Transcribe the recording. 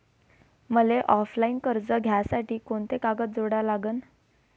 मले ऑफलाईन कर्ज घ्यासाठी कोंते कागद जोडा लागन?